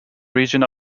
region